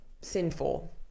sinful